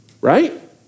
right